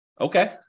Okay